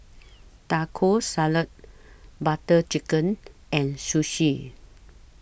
Taco Salad Butter Chicken and Sushi